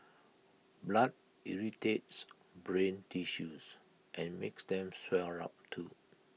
blood irritates brain tissues and makes them swell up too